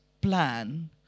plan